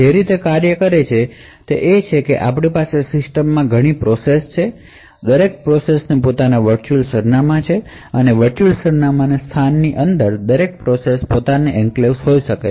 તે જે રીતે કાર્ય કરે છે તે એ છે કે આપણી પાસે સિસ્ટમમાં ઘણી પ્રોસેસ છે દરેક પ્રોસેસની પોતાની વર્ચુઅલ એડ્રેસ સ્પેસ હોય છે અને આ વર્ચુઅલ એડ્રેસ સ્પેસ ની અંદર દરેક પ્રોસેસની પોતાની એન્ક્લેવ્સ હોઈ શકે છે